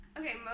Okay